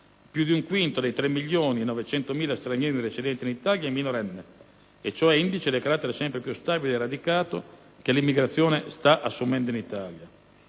Più di un quinto dei 3.900.000 stranieri residenti in Italia è minorenne, e ciò è indice del carattere sempre più stabile e radicato che l'immigrazione sta assumendo in Italia.